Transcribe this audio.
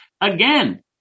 Again